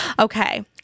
Okay